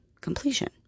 completion